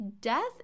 death